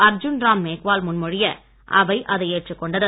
அர்ஜுன் ராம் மேக்வால் முன்மொழியஅவை அதை ஏற்றுக் கொண்டது